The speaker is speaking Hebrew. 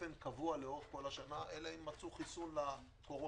באופן קבוע לאורך כל השנה אלא אם מצאו חיסון לקורונה,